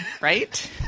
right